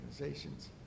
organizations